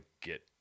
get